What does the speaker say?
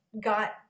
got